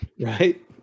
Right